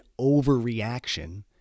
overreaction